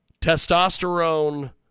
testosterone